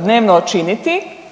dnevno činiti,